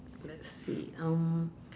let's see um